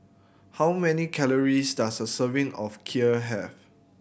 how many calories does a serving of Kheer have